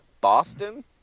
Boston